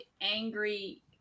angry